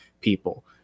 people